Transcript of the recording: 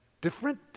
different